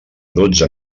dotze